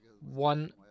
one